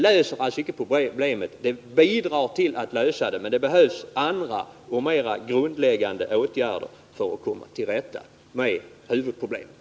Kommunens åtgärd bidrar till att åstadkomma en lösning, men det behövs mer genomgripande åtgärder för att verkligen komma till rätta med huvudproblemet.